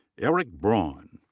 erik braun.